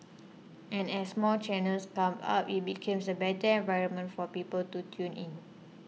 and as more channels come up it becomes a better environment for people to tune in